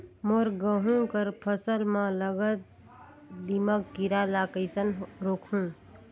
मोर गहूं कर फसल म लगल दीमक कीरा ला कइसन रोकहू?